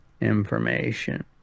information